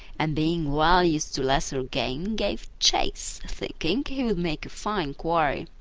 and being well used to lesser game, gave chase, thinking he would make a fine quarry.